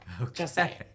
Okay